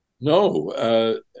No